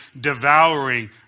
devouring